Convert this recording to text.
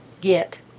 get